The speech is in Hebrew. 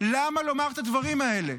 למה לומר את הדברים האלה?